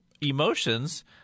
emotions